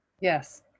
Yes